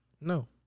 No